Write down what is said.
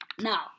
Now